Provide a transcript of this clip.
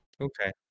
Okay